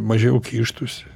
mažiau kištųsi